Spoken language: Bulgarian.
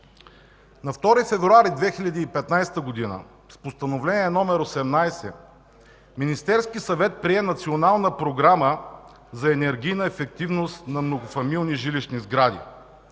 На 2 февруари 2015 г. с Постановление № 18 Министерският съвет прие Национална програма за енергийна ефективност на многофамилни жилищни сгради.